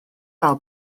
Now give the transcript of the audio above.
fel